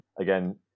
again